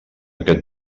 aquest